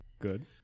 Good